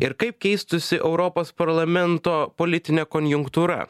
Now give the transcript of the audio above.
ir kaip keistųsi europos parlamento politinė konjunktūra